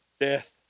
Death